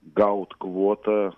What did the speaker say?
gaut kvotą